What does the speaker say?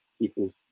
people